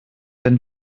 wenn